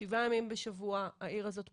שבעה ימים בשבוע העיר הזאת פקוקה,